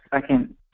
Second